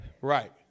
Right